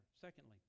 Secondly